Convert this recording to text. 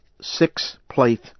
six-plate